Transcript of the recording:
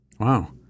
Wow